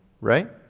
right